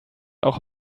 auch